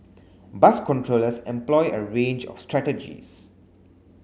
bus controllers employ a range of strategies